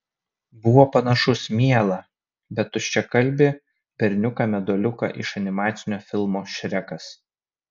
buvo panašus mielą bet tuščiakalbį berniuką meduoliuką iš animacinio filmo šrekas